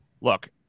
look